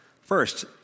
First